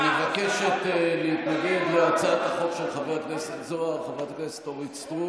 מבקשת להתנגד להצעת החוק של חבר הכנסת זוהר חברת הכנסת אורית סטרוק.